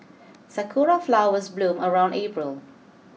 sakura flowers bloom around April